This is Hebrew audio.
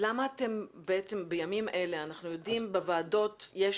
למה בימים אלה אנחנו יודעים שבוועדות יש